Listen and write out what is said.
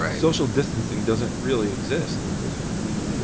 social distancing doesn't really exist in prison. i mean,